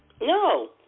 No